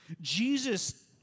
Jesus